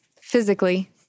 physically